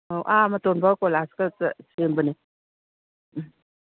ꯑꯧ ꯑꯥ ꯃꯇꯣꯟꯐꯥꯎ ꯀꯣꯏꯂꯥꯁ ꯁꯦꯝꯕꯅꯤ ꯎꯝ